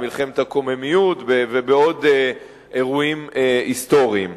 במלחמת הקוממיות ובעוד אירועים היסטוריים.